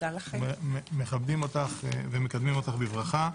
אנו מכבדים אותך ומקדמים אותך בברכה.